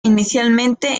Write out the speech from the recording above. inicialmente